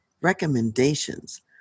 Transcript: recommendations